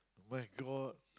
my-God